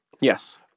Yes